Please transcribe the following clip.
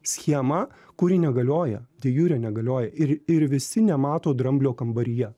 schemą kuri negalioja de jure negalioja ir ir visi nemato dramblio kambaryje